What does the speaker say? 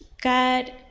God